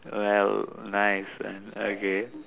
well nice lah okay